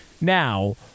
Now